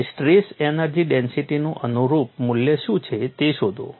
અને stress energy ડેન્સિટીનું અનુરૂપ મૂલ્ય શું છે તે શોધો